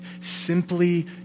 simply